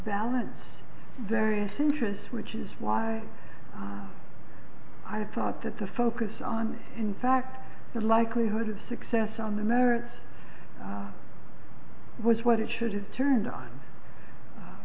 balance various interests which is why i thought that the focus on in fact the likelihood of success on the merits was what it should turned on